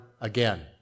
again